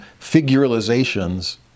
figuralizations